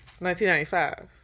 1995